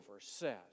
says